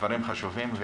דברים חשובים.